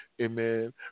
Amen